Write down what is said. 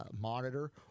monitor